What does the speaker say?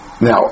Now